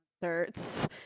concerts